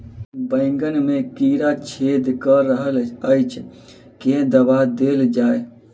बैंगन मे कीड़ा छेद कऽ रहल एछ केँ दवा देल जाएँ?